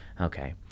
Okay